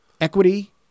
equity